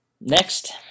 Next